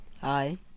Hi